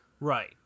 Right